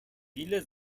viele